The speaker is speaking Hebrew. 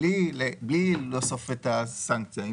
בלי להוסיף את הסנקציה.